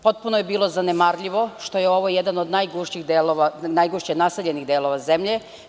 Potpuno je bilo zanemarljivo što je ovo jedan od najgušće naseljenih delova zemlje.